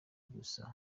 gusa